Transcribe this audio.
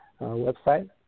website